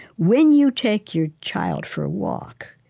when you take your child for a walk,